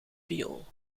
viool